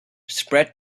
spread